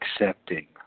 accepting